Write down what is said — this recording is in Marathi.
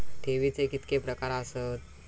ठेवीचे कितके प्रकार आसत?